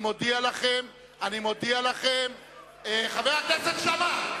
רבותי, אני מודיע לכם, חבר הכנסת שאמה,